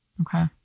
Okay